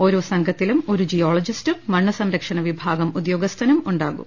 ഓരോ സംഘത്തിലും ഒരു ജിയോളജിസ്റ്റും മണ്ണുസംരക്ഷണ വിഭാഗം ഉദ്യോഗസ്ഥനു മുണ്ടാകും